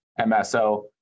MSO